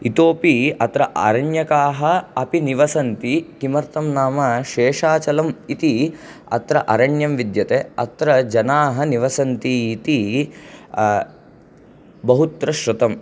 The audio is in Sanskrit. इतोऽपि अत्र आरण्यकाः अपि निवसन्ति किमर्थं नाम शेषाचलम् इति अत्र अरण्यं विद्यते अत्र जनाः निवसन्ति इति बहुत्र श्रुतम्